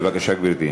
בבקשה, גברתי.